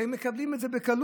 והם מקבלים את זה בקלות.